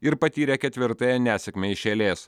ir patyrė ketvirtąją nesėkmę iš eilės